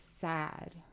sad